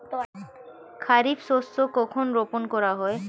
খারিফ শস্য কখন রোপন করা হয়?